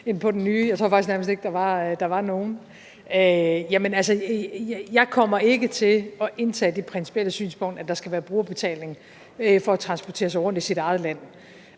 end på den nye. Jeg tror faktisk nærmest ikke, at der var nogen. Jamen altså, jeg kommer ikke til at indtage det principielle synspunkt, at der skal være brugerbetaling for at transportere sig rundt i sit eget land.